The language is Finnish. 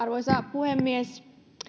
puhemies